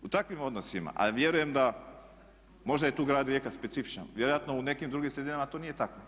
U takvim odnosima, a vjerujem da možda je tu grad Rijeka specifičan, vjerojatno u nekim drugim sredinama to nije tako.